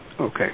Okay